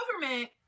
government